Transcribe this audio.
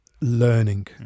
learning